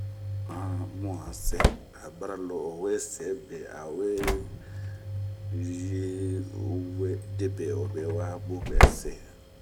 Hunkun bun bɛse abara owe se be awe yi debe obewa bunbɛse